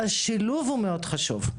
השילוב הוא מאוד חשוב.